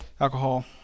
alcohol